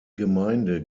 gemeinde